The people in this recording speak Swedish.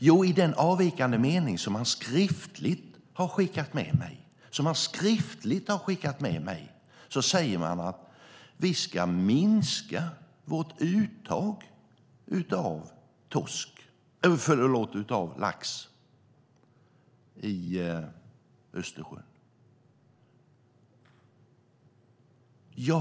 Jo, i den avvikande mening som man skriftligt har skickat med mig - som man skriftligt har skickat med mig - säger man att vi ska minska vårt uttag av lax i Östersjön.